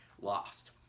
lost